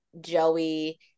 Joey